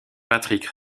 patrick